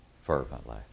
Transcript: fervently